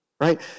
right